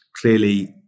clearly